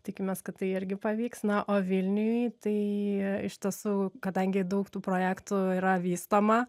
tikimės kad tai irgi pavyks na o vilniuj tai iš tiesų kadangi daug tų projektų yra vystoma